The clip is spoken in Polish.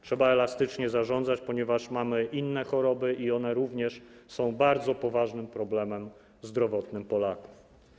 Trzeba elastycznie zarządzać, ponieważ mamy inne choroby i one również są bardzo poważnym problemem zdrowotnym Polaków.